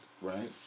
right